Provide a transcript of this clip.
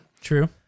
True